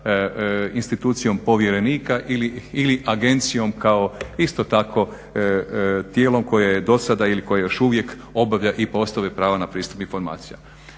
institucijom povjerenika ili agencijom kao isto tako tijelom kolje je dosada ili koje još uvijek obavlja i poslove prava na pristup informacijama.